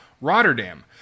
Rotterdam